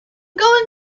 going